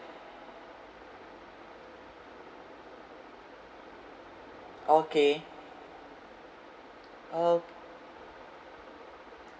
okay uh